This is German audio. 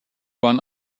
juan